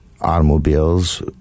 automobiles